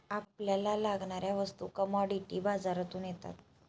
आपल्याला लागणाऱ्या वस्तू कमॉडिटी बाजारातून येतात